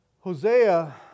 Hosea